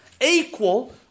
Equal